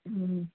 ம்